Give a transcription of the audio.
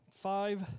five